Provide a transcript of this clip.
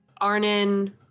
Arnon